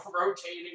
rotating